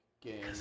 game